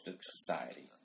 society